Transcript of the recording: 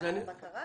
על הבקרה?